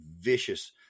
vicious